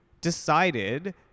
decided